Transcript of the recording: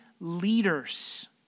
leaders